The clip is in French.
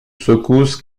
secousse